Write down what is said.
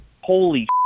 Holy